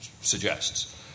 suggests